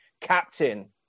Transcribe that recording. captain